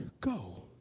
Go